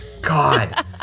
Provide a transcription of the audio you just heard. God